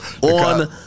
on